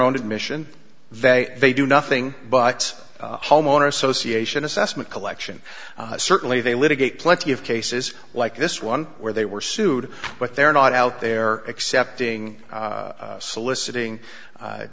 own admission that they do nothing but homeowner association assessment collection certainly they litigate plenty of cases like this one where they were sued but they're not out there accepting soliciting